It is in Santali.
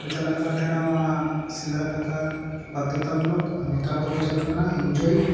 ᱪᱟᱞᱟᱜ ᱠᱟᱱ ᱛᱟᱦᱮᱱᱟ ᱥᱮᱸᱫᱽᱨᱟ ᱠᱟᱨᱠᱟ ᱵᱟᱫᱽᱫᱷᱚᱛᱟᱢᱩᱞᱚᱠ ᱱᱮᱛᱟᱨ ᱫᱚᱠᱚ ᱪᱟᱞᱟᱜ ᱠᱟᱱᱟ ᱮᱱᱡᱚᱭ